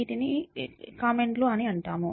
ఇది కామెంట్ లను కలిగి ఉంటాయి